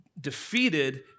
defeated